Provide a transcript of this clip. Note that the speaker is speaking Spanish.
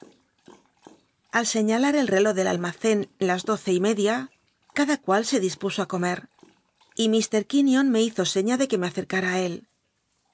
al señalar elrcló del almaccn las doce y media cada cual se dispuso á comer y iir quinion me hizo seña de que me accrcam á él